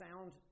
sound